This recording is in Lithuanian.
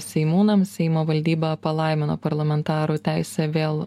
seimūnams seimo valdyba palaimino parlamentarų teisę vėl